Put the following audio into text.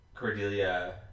Cordelia